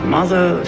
Mother